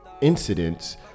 incidents